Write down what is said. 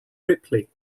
ripley